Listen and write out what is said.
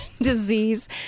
disease